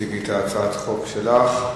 תציגי את הצעת החוק שלך.